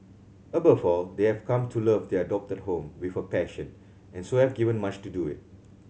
above all they have come to love their adopted home with a passion and so have given much to do it